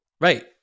Right